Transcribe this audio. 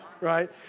Right